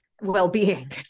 well-being